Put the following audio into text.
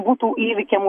būtų įvykiam